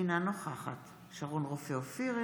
אינה נוכחת שרון רופא אופיר,